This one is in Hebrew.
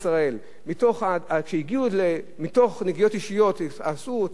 מתוך נגיעות אישיות הוציאו דיבתם רעה,